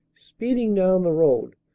speeding down the road,